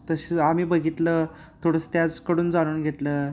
तसे आम्ही बघितलं थोडंसं त्याच्याकडून जाणून घेतलं